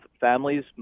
families